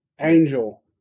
angel